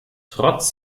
trotz